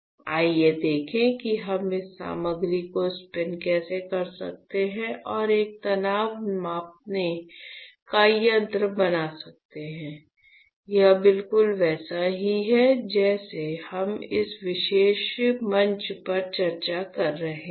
आइए देखें कि हम इस सामग्री को स्पिन कैसे कर सकते हैं और एक तनाव नापने का यंत्र बना सकते हैं यह बिल्कुल वैसा ही है जैसा हम इस विशेष मंच पर चर्चा कर रहे हैं